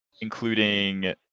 including